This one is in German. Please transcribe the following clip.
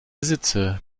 sitze